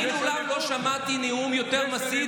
אני מעולם לא שמעתי נאום יותר מסית.